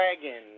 dragon